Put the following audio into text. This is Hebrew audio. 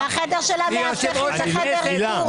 עד --- והחדר של המאבטחים זה חדר איפור.